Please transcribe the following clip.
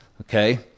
okay